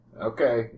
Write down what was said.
Okay